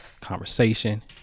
conversation